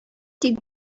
тик